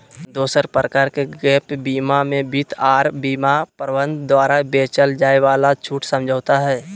दोसर प्रकार के गैप बीमा मे वित्त आर बीमा प्रबंधक द्वारा बेचल जाय वाला छूट समझौता हय